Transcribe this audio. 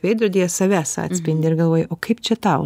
veidrodyje savęs atspindį ir galvoji o kaip čia tau